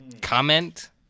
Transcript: comment